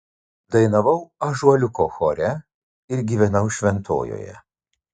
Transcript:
dainavau ąžuoliuko chore ir gyvenau šventojoje